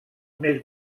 més